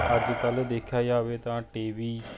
ਅੱਜ ਕੱਲ੍ਹ ਦੇਖਿਆ ਜਾਵੇ ਤਾਂ ਟੀ ਵੀ